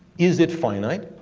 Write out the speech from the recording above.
is it finite?